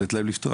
- לתת להם לפתוח.